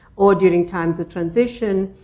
or during times of transition,